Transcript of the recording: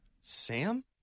Sam